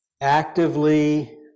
actively